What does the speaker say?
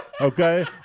okay